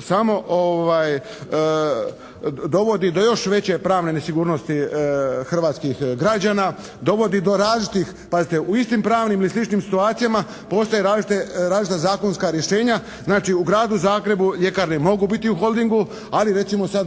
samo dovodi do još veće pravne nesigurnosti hrvatskih građana. Dovodi do različitih, pazite u istim pravnim ili sličnim situacijama postoje različita zakonska rješenja. Znači, u Gradu Zagrebu ljekarne mogu biti u holdingu, ali recimo sad